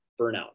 burnout